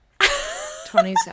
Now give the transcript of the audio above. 27